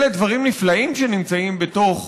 אלה דברים נפלאים שנמצאים בתוך